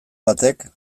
batek